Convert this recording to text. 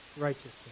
righteousness